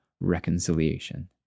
reconciliation